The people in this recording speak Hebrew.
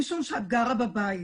משום שאת גרה בבית.